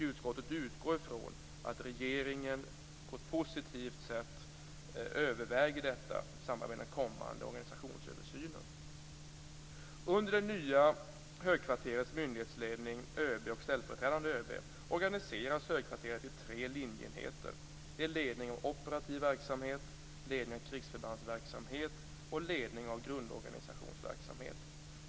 Utskottet utgår ifrån att regeringen på ett positivt sätt gör dessa överväganden i samband med den kommande organisationsöversynen.